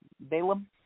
Balaam